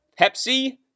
Pepsi